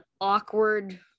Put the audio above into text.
awkward